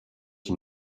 die